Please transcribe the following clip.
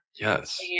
Yes